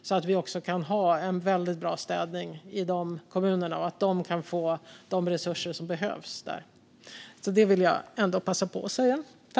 De ska få de resurser som behövs för att kunna ha en väldigt bra städning. Det vill jag ändå passa på att säga.